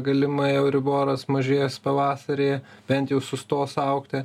galimai euriboras mažės pavasarį bent jau sustos augti